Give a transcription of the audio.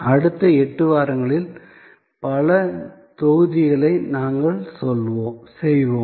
அடுத்த 8 வாரங்களில் பல தொகுதிகளை நாங்கள் செய்வோம்